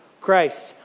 Christ